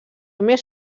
més